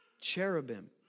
Cherubim